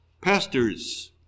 Pastors